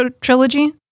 trilogy